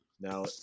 Now